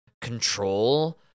control